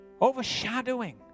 overshadowing